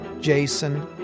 Jason